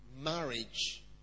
marriage